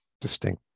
distinct